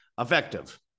effective